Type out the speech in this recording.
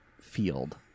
field